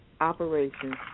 operations